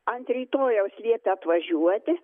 ant rytojaus liepė atvažiuoti